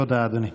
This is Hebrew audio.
תודה, אדוני.